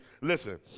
Listen